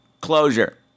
closure